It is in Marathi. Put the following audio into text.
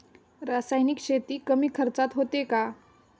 रासायनिक शेती कमी खर्चात होते का?